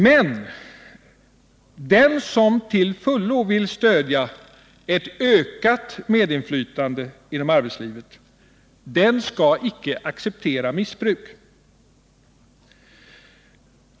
Men den som till fullo vill stödja ett ökat medinflytande inom arbetslivet skall inte acceptera missbruk.